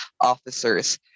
officers